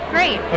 Great